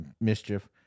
mischief